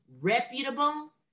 reputable